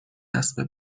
اسب